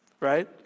right